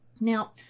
Now